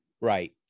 Right